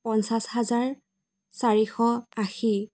পঞ্চাছ হাজাৰ চাৰিশ আশী